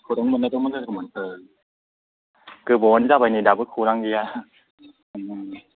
खौरां मोननायबा मोजां जागौमोन गोबावआनो जाबाय नै दाबो खौरां गैया उम